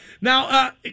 now